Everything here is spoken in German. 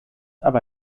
aber